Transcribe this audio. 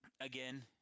Again